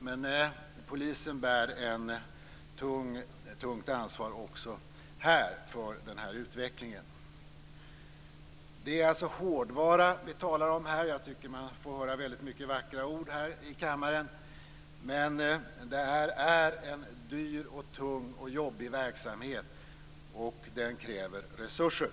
Men polisen bär ett tungt ansvar också för denna utveckling. Det är alltså hårdvara som vi här talar om. Jag tycker att man får höra många vackra ord här i kammaren. Men detta är en dyr, tung och jobbig verksamhet, och den kräver resurser.